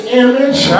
image